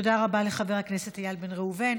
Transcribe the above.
תודה רבה לחבר הכנסת איל בן ראובן.